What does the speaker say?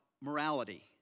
morality